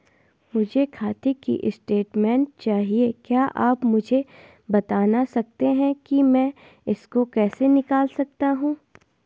मुझे खाते की स्टेटमेंट चाहिए क्या आप मुझे बताना सकते हैं कि मैं इसको कैसे निकाल सकता हूँ?